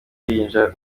ruhinja